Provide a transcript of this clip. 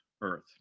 earth